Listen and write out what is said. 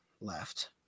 left